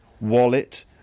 wallet